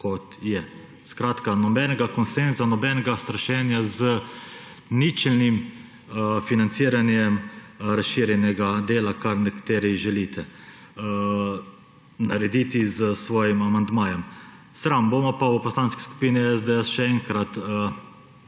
kot je. Skratka, nobenega konsenza, nobenega strašenja z ničelnim financiranjem razširjenega dela, kar nekateri želite narediti s svojim amandmajem. Bomo pa v Poslanski skupini SDS še enkrat